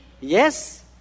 Yes